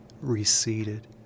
receded